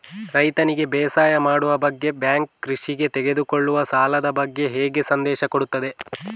ರೈತನಿಗೆ ಬೇಸಾಯ ಮಾಡುವ ಬಗ್ಗೆ ಬ್ಯಾಂಕ್ ಕೃಷಿಗೆ ತೆಗೆದುಕೊಳ್ಳುವ ಸಾಲದ ಬಗ್ಗೆ ಹೇಗೆ ಸಂದೇಶ ಕೊಡುತ್ತದೆ?